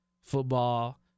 football